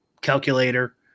calculator